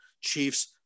Chiefs